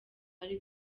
ari